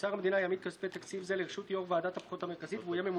מאחר שהזיכרון של חלק מהנואמים כאן היום היה קצר,